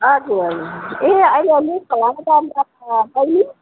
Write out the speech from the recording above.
हजुर हजुर ए अहिले अलिक बहिनी